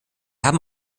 haben